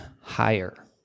higher